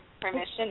permission